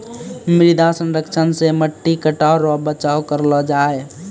मृदा संरक्षण से मट्टी कटाव रो बचाव करलो जाय